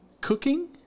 cooking